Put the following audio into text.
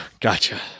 Gotcha